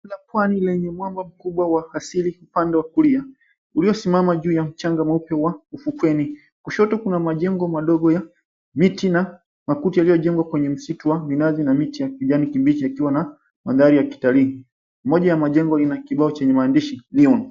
La pwani lenye mwamba mkubwa wa asili upande wa kulia uliosimama juu ya mchanga mweupe wa uvukweni. Kushoto kuna majengo madogo ya miti na makuti yaliyojengwa kwenye msitu wa minazi na miti ya kijani kibichi yakiwa na magari ya kitalii moja ya majengo ina kibao chenye maandishi Neon.